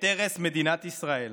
את הרס מדינת ישראל,